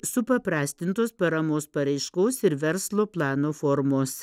supaprastintos paramos paraiškos ir verslo plano formos